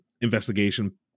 investigation